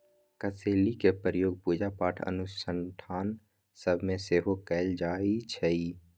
कसेलि के प्रयोग पूजा पाठ अनुष्ठान सभ में सेहो कएल जाइ छइ